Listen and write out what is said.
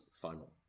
final